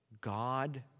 God